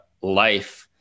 life